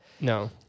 No